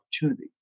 opportunity